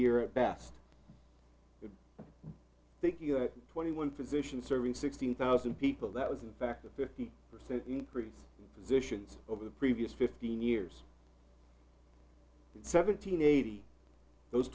year at best taking twenty one physician serving sixteen thousand people that was in fact a fifty percent increase in positions over the previous fifteen years and seventeen eighty those